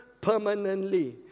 permanently